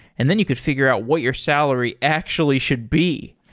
and then you could figure out what your salary actually should be.